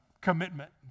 commitment